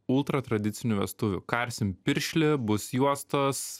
ultra tradicinių vestuvių karsim piršlį bus juostos